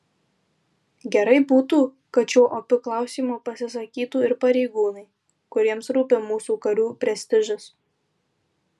gerai būtų kad šiuo opiu klausimu pasisakytų ir pareigūnai kuriems rūpi mūsų karių prestižas